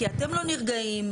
כי אתם לא נרגעים.